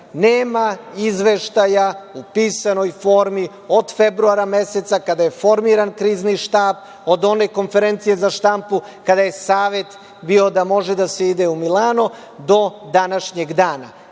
Nema izveštaja u pisanoj formi od februara meseca kada je formiran krizni štab, od one konferencije za štampu kada je savet bio da može da se ide u Milano do današnjeg dana.